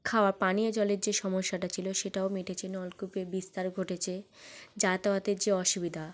খাওয়া পানীয় জলের যে সমস্যাটা ছিল সেটাও মিটেছে নলকূপের বিস্তার ঘটেছে যাতায়াতের যে অসুবিধা